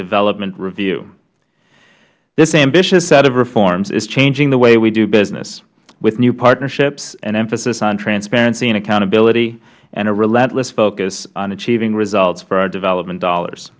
development review this ambitious set of reforms is changing the way we do business with new partnerships and emphasis on transparency and accountability and a relentless focus on achieving results for our development dollars